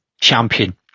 champion